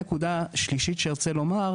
נקודה שלישית שארצה לומר,